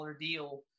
deal